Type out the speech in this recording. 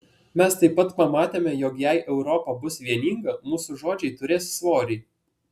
mes taip pat pamatėme jog jei europa bus vieninga mūsų žodžiai turės svorį